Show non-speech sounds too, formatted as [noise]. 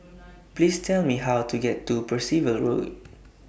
[noise] Please Tell Me How to get to Percival Road